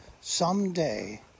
someday